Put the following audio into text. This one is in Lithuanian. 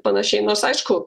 panašiai nors aišku